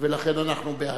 ולכן אנחנו בעד.